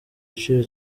giciro